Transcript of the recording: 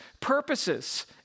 purposes